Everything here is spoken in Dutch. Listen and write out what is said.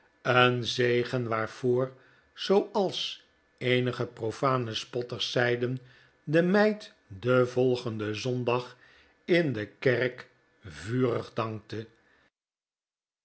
een zegen waarvoor zooals eenige profane spotters zeiden de meid den volgenden zondag in de kerk vurig dankte